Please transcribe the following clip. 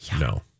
no